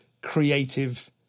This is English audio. creative